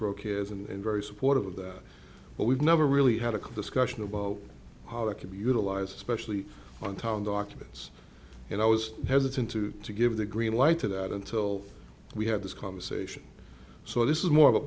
cares and very supportive of that but we've never really had a discussion about how that can be utilized especially on town documents and i was hesitant to to give the green light to that until we had this conversation so this is more of a